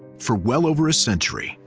for well over a century,